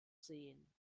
sehen